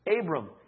Abram